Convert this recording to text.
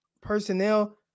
personnel